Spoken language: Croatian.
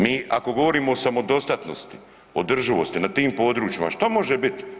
Mi ako govorimo o samodostatnosti, održivosti na tim područjima što može biti?